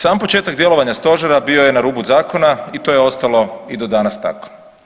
Sam početak djelovanja stožera bio je na rubu zakona i to je ostalo i do danas tako.